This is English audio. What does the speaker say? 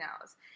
hours